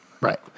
Right